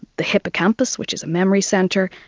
the hippocampus, which is a memory centre,